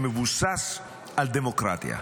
שמבוסס על דמוקרטיה.